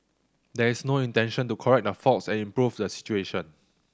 there is no intention to correct the faults and improve the situation